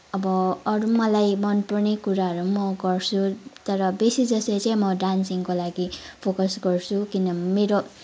अब अरू मलाई मन पर्ने कुराहरू म गर्छु तर बेसी जस्तो चाहिँ म डान्सिङको लागि फोकस गर्छु किनभने मेरो